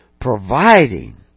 providing